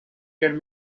can